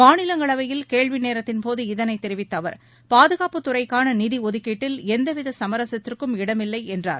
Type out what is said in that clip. மாநிலங்களவையில் கேள்வி நேரத்தின்போது இதனைத் தெரிவித்த அவர் பாதுகாப்புத்துறைக்கான நிதி ஒதுக்கீட்டில் எவ்வித சமரசத்திற்கும் இடமில்லை என்றார்